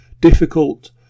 difficult